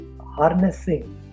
harnessing